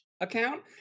account